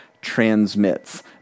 transmits